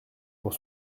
pour